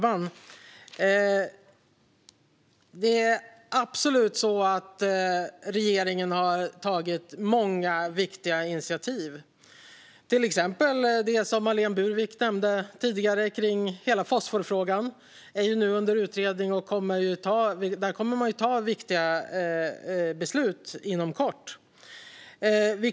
Fru talman! Regeringen har absolut tagit många viktiga initiativ, till exempel det som Marlene Burwick nämnde tidigare om fosfor. Hela fosforfrågan är nu under utredning, och man kommer att fatta viktiga beslut inom kort.